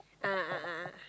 a'ah a'ah